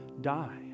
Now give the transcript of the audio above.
die